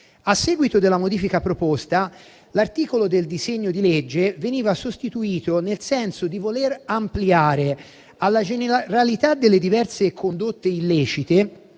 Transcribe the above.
A seguito della modifica proposta, l'articolo del disegno di legge veniva sostituito nel senso di voler ampliare alla generalità delle diverse condotte illecite